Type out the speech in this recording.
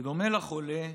בדומה לחולה,